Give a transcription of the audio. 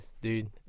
dude